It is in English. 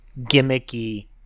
gimmicky